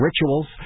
rituals